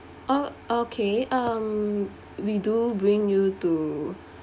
oh okay um we do bring you to